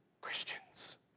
Christians